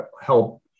help